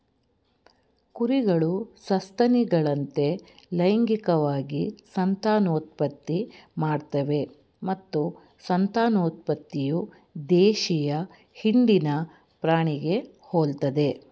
ಕುರಿಗಳು ಸಸ್ತನಿಗಳಂತೆ ಲೈಂಗಿಕವಾಗಿ ಸಂತಾನೋತ್ಪತ್ತಿ ಮಾಡ್ತವೆ ಮತ್ತು ಸಂತಾನೋತ್ಪತ್ತಿಯು ದೇಶೀಯ ಹಿಂಡಿನ ಪ್ರಾಣಿಗೆ ಹೋಲ್ತದೆ